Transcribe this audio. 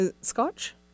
Scotch